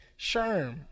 Sherm